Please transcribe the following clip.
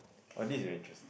orh this is very interesting